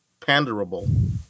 panderable